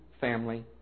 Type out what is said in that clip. family